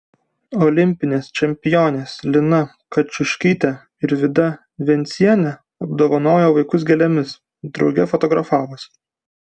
olimpinės čempionės lina kačiušytė ir vida vencienė apdovanojo vaikus gėlėmis drauge fotografavosi